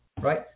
right